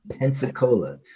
Pensacola